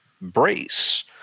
brace